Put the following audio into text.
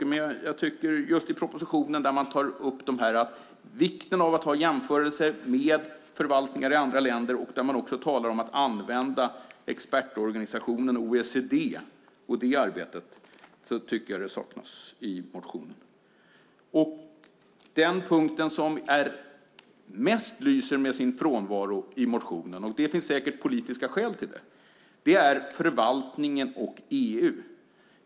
Men i propositionen tar man upp vikten av jämförelser med förvaltningar i andra länder och talar om att använda expertorganisationen OECD och det arbetet. Det tycker jag saknas i motionen. Det som mest lyser med sin frånvaro i motionen - det finns säkert politiska skäl till det - är förvaltningen och EU.